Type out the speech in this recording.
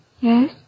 Yes